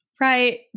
Right